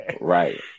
right